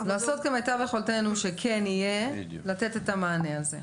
לעשות כמיטב יכולתנו שכן יהיה לתת את המענה הזה.